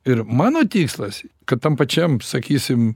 ir mano tikslas kad tam pačiam sakysim